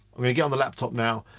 i'm gonna get on the laptop now.